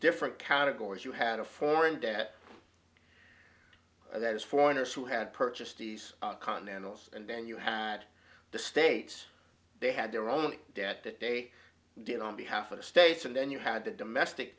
different categories you had a foreign debt those foreigners who had purchased these continentals and then you had the states they had their own debt that they did on behalf of the states and then you had the domestic